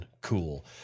cool